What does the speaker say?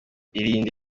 irinde